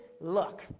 luck